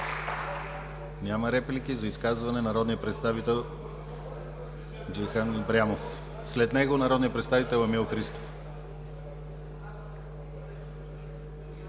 Няма реплики. За изказване – народният представител Джейхан Ибрямов. След него – народният представител Емил Христов.